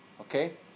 okay